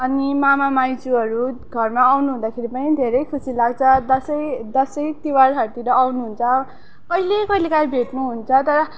अनि मामा माइजूहरू घरमा आउनु हुँदा पनि धेरै खुसी लाग्छ दसैँ दसैँ तिहारहरूतिर आउनु हुन्छ कहिले कहिले काहीँ भेट्नु हुन्छ तर